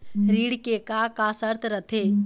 ऋण के का का शर्त रथे?